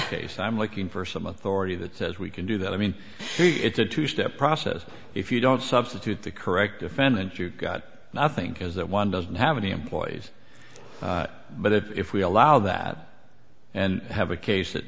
case i'm looking for some authority that says we can do that i mean it's a two step process if you don't substitute the correct defendant you've got nothing because that one doesn't have any employees but if we allow that and have a case